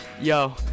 yo